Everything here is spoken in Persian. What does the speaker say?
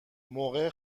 موقع